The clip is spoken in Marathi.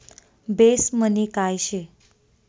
बेस मनी काय शे?